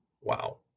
Wow